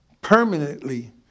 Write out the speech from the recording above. permanently